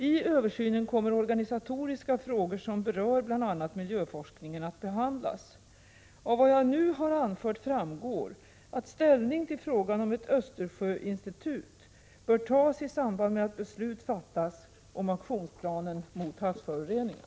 I översynen kommer organisatoriska frågor som berör bl.a. miljöforskningen att behandlas. Av vad jag nu har anfört framgår att ställning till frågan om ett Östersjöinstitut bör tas i samband med att beslut fattas om aktionsplanen mot havsföroreningar.